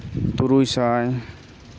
ᱛᱩᱨᱩᱭ ᱥᱟᱭ